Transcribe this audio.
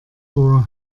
vor